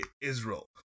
Israel